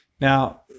Now